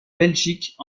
belgique